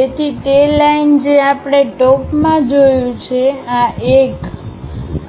તેથી તે લાઈન જે આપણે ટોપ માં જોયું છે આ એક